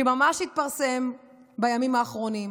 שהתפרסם ממש בימים האחרונים,